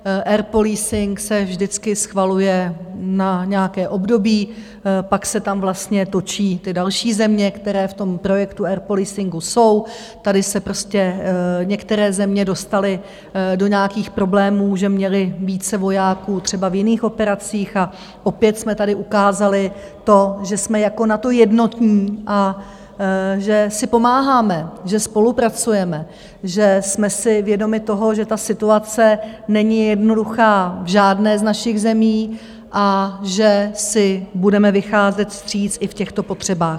Air Policing se vždycky schvaluje na nějaké období, pak se tam vlastně točí ty další země, které v tom projektu Air Policingu jsou, tady se prostě některé země dostaly do nějakých problémů, že měly více vojáků třeba v jiných operacích, a opět jsme tady ukázali, že jsme jako NATO jednotní a že si pomáháme, že spolupracujeme, že jsme si vědomi toho, že ta situace není jednoduchá v žádné z našich zemí a že si budeme vycházet vstříc i v těchto potřebách.